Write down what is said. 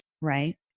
Right